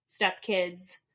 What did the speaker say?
stepkids